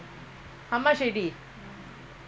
five hundred